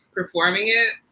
performing it.